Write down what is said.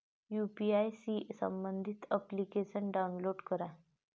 UPI शी संबंधित application download करा